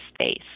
space